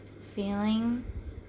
Feeling